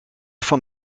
van